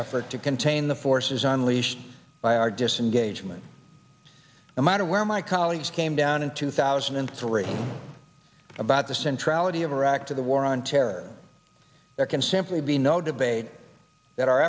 effort to contain the forces unleashed by our disengagement no matter where my colleagues came down in two thousand and three about the central idea of iraq to the war on terror there can simply be no debate that our